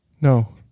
No